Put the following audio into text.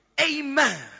Amen